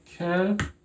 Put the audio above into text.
Okay